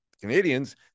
Canadians